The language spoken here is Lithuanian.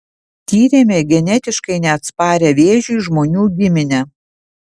tyrėme genetiškai neatsparią vėžiui žmonių giminę